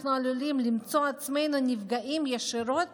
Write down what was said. אנחנו עלולים למצוא עצמנו נפגעים ישירות